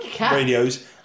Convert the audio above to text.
radios